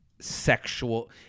sexual